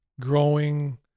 Growing